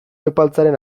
epaltzaren